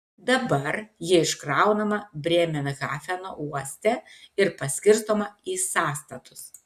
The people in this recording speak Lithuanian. dabar ji iškraunama brėmerhafeno uoste ir paskirstoma į sąstatus